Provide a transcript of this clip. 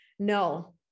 No